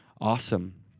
Awesome